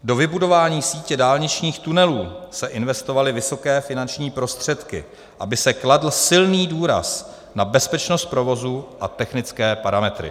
Do vybudování sítě dálničních tunelů se investovaly vysoké finanční prostředky, aby se kladl silný důraz na bezpečnost provozu a technické parametry.